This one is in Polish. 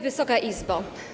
Wysoka Izbo!